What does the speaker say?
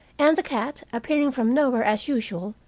and the cat, appearing from nowhere as usual,